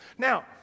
Now